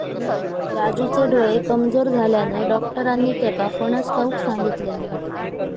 राजूचे डोळे कमजोर झाल्यानं, डाक्टरांनी त्येका फणस खाऊक सांगितल्यानी